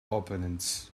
opponents